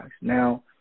Now